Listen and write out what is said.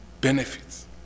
benefits